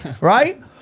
Right